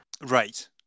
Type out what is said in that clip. Right